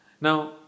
Now